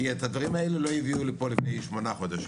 כי את הדברים האלו לא הביאו לפה לפני שמונה חודשים.